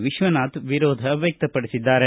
ವಿಶ್ವನಾಥ್ ವಿರೋಧ ವ್ಯಕ್ತಪಡಿಸಿದ್ದಾರೆ